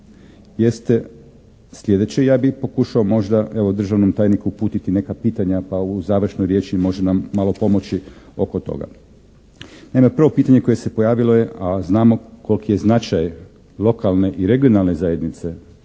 jeste sljedeće. Ja bih pokušao možda državnom tajniku uputiti neka pitanja pa u završnoj riječi može nam malo pomoći oko toga. Naime, prvo pitanje koje se pojavilo je a znamo koliko je značaj lokalne i regionalne zajednice